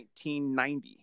1990